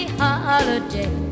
holiday